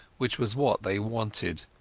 which was what they wanted.